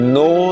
no